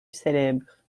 célèbre